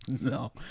No